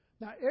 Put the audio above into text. Now